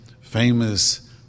famous